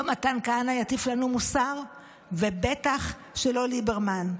לא מתן כהנא יטיף לנו מוסר ובטח שלא ליברמן.